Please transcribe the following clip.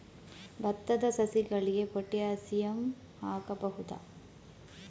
ಭತ್ತದ ಸಸಿಗಳಿಗೆ ಪೊಟ್ಯಾಸಿಯಂ ಹಾಕಬಹುದಾ?